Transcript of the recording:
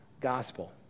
gospel